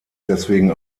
deswegen